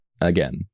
again